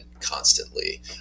constantly